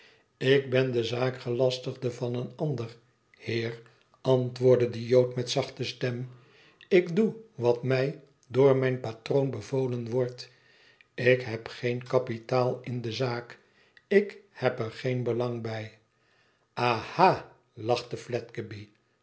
lik ben de zaakgelastigde van een ander heer antwoordde de jood met zachte stem ik doe wat mij door mijn patroon bevolen wordt ik heb geen kapitaal in de zaak ik heb er geen belang bij ha